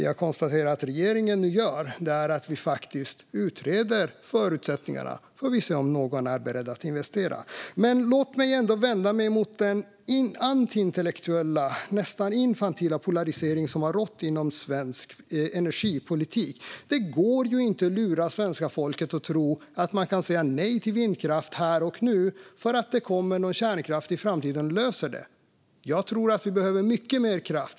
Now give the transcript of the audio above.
Jag konstaterar att regeringen nu faktiskt utreder förutsättningarna, och så får vi se om någon är beredd att investera. Jag vänder mig mot den antiintellektuella och nästan infantila polarisering som har rått inom svensk energipolitik. Det går inte att lura svenska folket att tro att man kan säga nej till vindkraft här och nu därför att det kommer kärnkraft i framtiden som löser det. Jag tror att vi behöver mycket mer kraft.